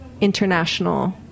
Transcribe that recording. international